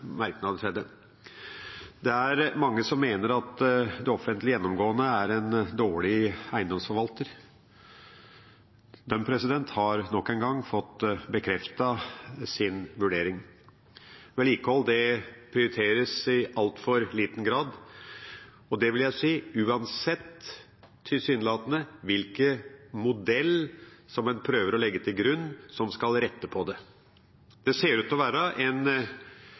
til saksordførerens gode innledning, men vil knytte noen merknader til det. Det er mange som mener at det offentlige gjennomgående er en dårlig eiendomsforvalter. De har nok en gang fått bekreftet sin vurdering. Vedlikehold prioriteres i altfor liten grad og – vil jeg si – uansett, tilsynelatende, hvilken modell en prøver å legge til grunn, og som skal rette på det. Det ser ut til å være